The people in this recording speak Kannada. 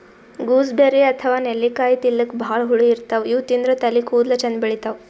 ಗೂಸ್ಬೆರ್ರಿ ಅಥವಾ ನೆಲ್ಲಿಕಾಯಿ ತಿಲ್ಲಕ್ ಭಾಳ್ ಹುಳಿ ಇರ್ತವ್ ಇವ್ ತಿಂದ್ರ್ ತಲಿ ಕೂದಲ ಚಂದ್ ಬೆಳಿತಾವ್